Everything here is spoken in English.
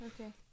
Okay